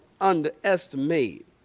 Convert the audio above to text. underestimate